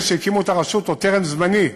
אלה שהקימו את הרשות עוד טרם זמני,